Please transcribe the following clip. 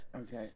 okay